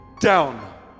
Down